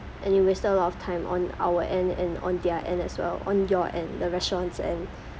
and it wasted a lot of time on our end and on their end as well on your end the restaurant's end